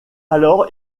alors